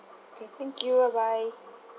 K thank you bye bye